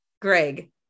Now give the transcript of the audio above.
Greg